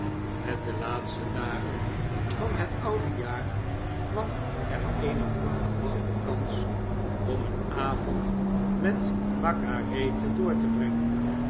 met de laatste dagen van het oude jaar kwam er eene onverwachte kans om een avond vendale's geschenk op nieuwjaabsdag met margarethe door te brengen